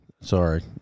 Sorry